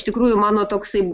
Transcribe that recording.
iš tikrųjų mano toksai